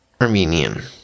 Armenian